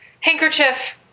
Handkerchief